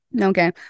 Okay